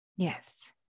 yes